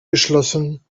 beschlossen